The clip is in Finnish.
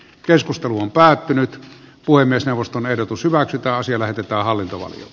keskustelu on päättynyt puhemiesneuvoston ehdotus hyväksytä asia lähetetään hallinto